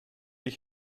ich